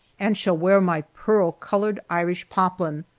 and shall wear my pearl-colored irish poplin.